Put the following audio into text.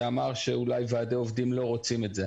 שאמר שאולי ועדי עובדים לא רוצים את זה.